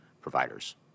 providers